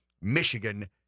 Michigan